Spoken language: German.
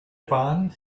bahn